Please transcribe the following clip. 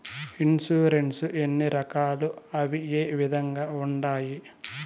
insurance ఎన్ని రకాలు అవి ఏ విధంగా ఉండాయి